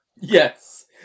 Yes